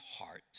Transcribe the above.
heart